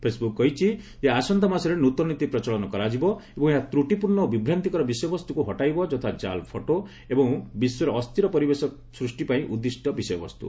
Facebook କହିଛି ଯେ ଆସନ୍ତା ମାସରେ ନ୍ନତନ ନୀତି ପ୍ରଚଳନ କରାଯିବ ଏବଂ ଏହା ତ୍ରଟିପୂର୍ଷ୍ଣ ଓ ବ୍ରିଭାନ୍ତିକର ବିଷୟବସ୍ତ୍ରକ୍ ହଟାଇବ ଯଥା ଜାଲ ଫଟୋ ଏବଂ ବିଶ୍ୱରେ ଅସ୍ଥିର ପରିବେଶ ସୃଷ୍ଟି ପାଇଁ ଉଦ୍ଦିଷ୍ଟ ବିଷୟ ବସ୍ତୁ